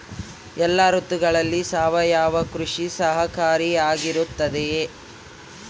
ಎಲ್ಲ ಋತುಗಳಲ್ಲಿ ಸಾವಯವ ಕೃಷಿ ಸಹಕಾರಿಯಾಗಿರುತ್ತದೆಯೇ?